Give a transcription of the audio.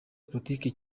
politiki